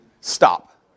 stop